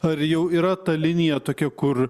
ar jau yra ta linija tokia kur